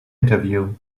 interview